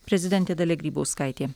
prezidentė dalia grybauskaitė